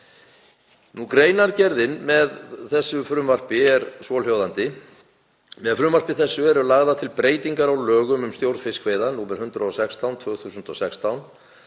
Greinargerðin með frumvarpinu er svohljóðandi: „Með frumvarpi þessu eru lagðar til breytingar á lögum um stjórn fiskveiða, nr. 116/2016,